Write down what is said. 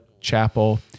Chapel